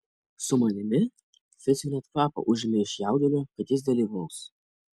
su manimi ficui net kvapą užėmė iš jaudulio kad jis dalyvaus